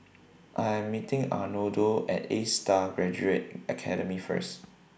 I Am meeting Arnoldo At A STAR Graduate Academy First